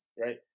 right